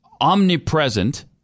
omnipresent